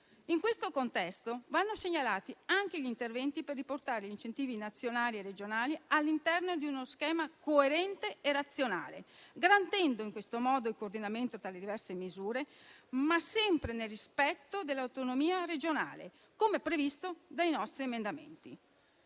In questo contesto vanno segnalati anche gli interventi per riportare gli incentivi nazionali e regionali all'interno di uno schema coerente e razionale, garantendo in questo modo il coordinamento tra le diverse misure, sempre però nel rispetto dell'autonomia regionale, come previsto dai nostri emendamenti.